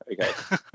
Okay